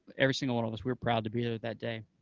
every single and of us, we were proud to be there that day,